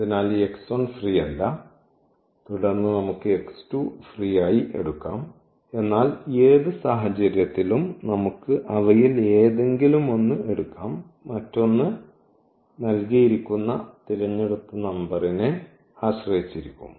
അതിനാൽ ഈ x1 free അല്ല തുടർന്ന് നമുക്ക് x2 ഫ്രീ ആയി എടുക്കാം എന്നാൽ ഏത് സാഹചര്യത്തിലും നമുക്ക് അവയിൽ ഏതെങ്കിലും ഒന്ന് എടുക്കാം മറ്റൊന്ന് നൽകിയിരിക്കുന്ന തിരഞ്ഞെടുത്ത നമ്പറിനെ ആശ്രയിച്ചിരിക്കും